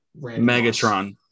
Megatron